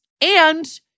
and-